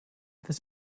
this